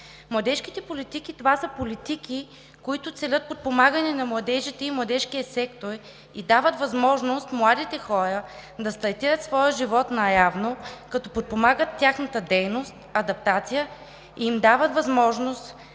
Младежките политики целят подпомагане на младежите и младежкия сектор и дават възможност младите хора да стартират своя живот наравно, като подпомагат тяхната дейност, адаптация и им дават възможност